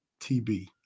TB